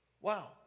Wow